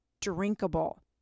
drinkable